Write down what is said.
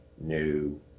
new